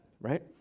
right